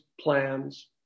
plans